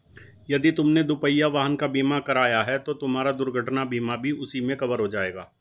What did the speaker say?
यदि तुमने दुपहिया वाहन का बीमा कराया है तो तुम्हारा दुर्घटना बीमा भी उसी में कवर हो जाएगा